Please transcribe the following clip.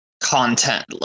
content